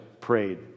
prayed